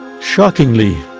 shockingly,